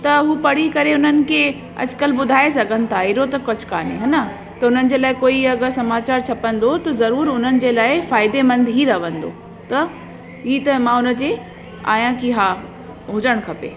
त हू पढ़ी करे उन्हनि खे अॼुकल्ह ॿुधाए सघनि था हेॾो त कुझु काने हा न त हुननि जे लाइ कोई अगरि समाचारु छपंदो त ज़रूरु उन्हनि जे लाइ फ़ाइदेमंद ई रहंदो त ही त मां हुनजी आहियां कि हा हुजणु खपे